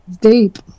Deep